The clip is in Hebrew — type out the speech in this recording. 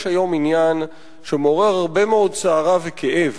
יש היום עניין שמעורר הרבה מאוד סערה וכאב